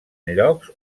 llocs